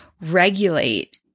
regulate